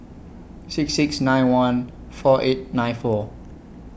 six six nine one four eight nine four